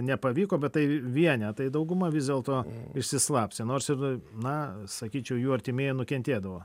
nepavyko bet tai vienetai dauguma vis dėlto išsislapstė nors ir na sakyčiau jų artimieji nukentėdavo